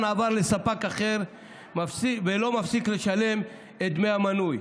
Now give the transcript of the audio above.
עבר לספק אחר ולא מפסיק לשלם את דמי המנוי.